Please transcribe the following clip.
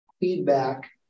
feedback